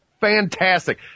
Fantastic